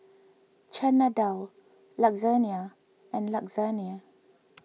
Chana Dal Lasagne and Lasagna